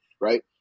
right